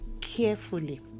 carefully